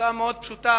הצעה מאוד פשוטה,